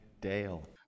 dale